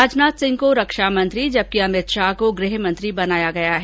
राजनाथ सिंह को रक्षामंत्री जबकि अमित शाह को गृहमंत्री बनाया गया है